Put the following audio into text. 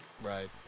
right